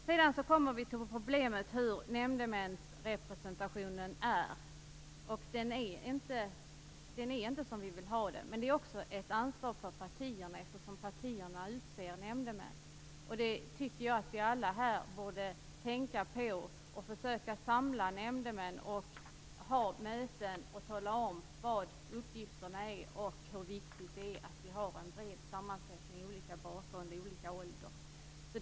Sedan kommer vi till problemet med att nämndemännens sammansättning inte är representativ, och den är inte som vi vill ha den. Men detta har också partierna ansvar för, eftersom det är partierna som utser nämndemännen. Det tycker jag att vi alla här borde tänka på och försöka samla nämndemän och ha möten och tala om vilka uppgifterna är och hur viktigt det är att vi har en bred sammansättning i fråga om bakgrund och ålder.